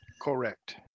Correct